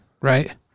Right